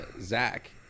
Zach